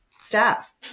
staff